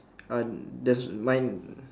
um there's mine